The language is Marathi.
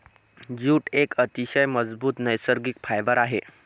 जूट एक अतिशय मजबूत नैसर्गिक फायबर आहे